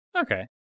Okay